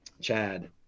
Chad